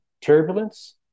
turbulence